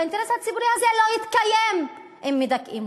האינטרס הציבורי הזה לא יתקיים אם מדכאים